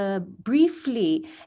briefly